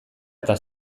eta